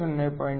8 0